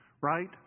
Right